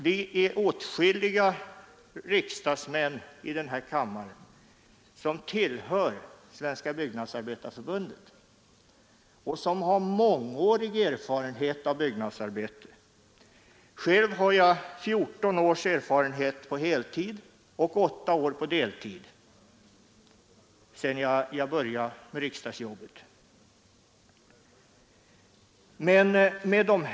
Det är åtskilliga riksdagsmän i den här kammaren som tillhör Svenska byggnadsarbetareförbundet och som har mångårig erfarenhet av byggnadsarbete. Själv har jag 14 års erfarenhet på heltid och, sedan jag började med riksdagsjobbet, 8 år på deltid.